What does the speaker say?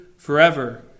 forever